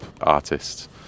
artists